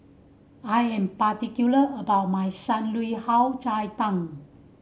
I am particular about my Shan Rui cai tang